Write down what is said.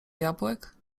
jabłek